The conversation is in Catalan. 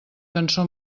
cançó